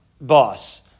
boss